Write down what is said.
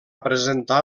presentar